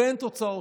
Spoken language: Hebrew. ואין תוצאות.